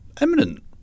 eminent